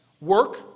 Work